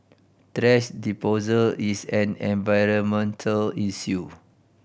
thrash disposal is an environmental issue